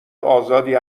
آزادی